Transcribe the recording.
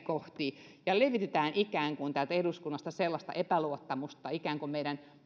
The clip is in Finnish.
kohti ja levitetään täältä eduskunnasta sellaista epäluottamusta että ikään kuin meidän